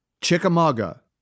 Chickamauga